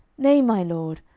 nay, my lord,